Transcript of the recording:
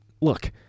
look